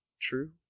True